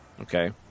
Okay